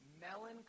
melancholy